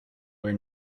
wear